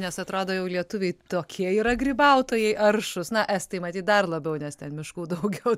nes atrado jau lietuviai tokie yra grybautojai aršūs na estai matyt dar labiau nes ten miškų daugiau